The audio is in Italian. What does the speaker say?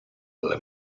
alla